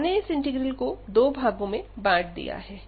हमने इस इंटीग्रल को दो भागों में बांट दिया है